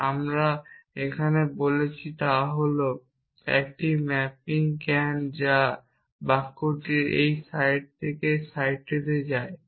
এবং আমরা এখানে যা বলেছি তা হল একটি ম্যাপিং ক্যান যা এই বাক্যটির এই সাইট থেকে এই সাইটটিতে যায়